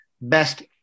best